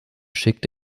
schickt